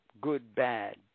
good-bad